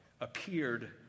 appeared